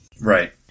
Right